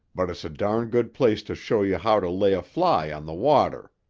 but it's a darn' good place to show you how to lay a fly on the water.